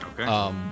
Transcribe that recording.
Okay